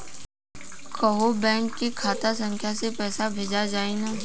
कौन्हू बैंक के खाता संख्या से पैसा भेजा जाई न?